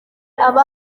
aba